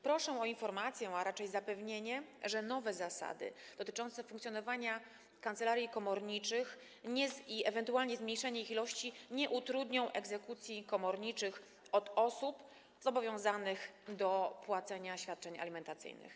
Proszę o informację, a raczej zapewnienie, że nowe zasady dotyczące funkcjonowania kancelarii komorniczych i ewentualnie zmniejszenie ich ilości nie utrudnią egzekucji komorniczych od osób zobowiązanych do płacenia świadczeń alimentacyjnych.